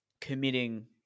committing